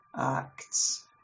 Acts